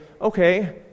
okay